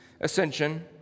ascension